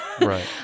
right